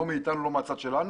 אבל לא מאיתנו ולא מהצד שלנו.